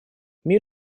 мир